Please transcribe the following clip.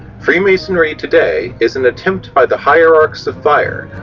free masonry today is an attempt by the hierarchs of fire,